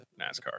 NASCAR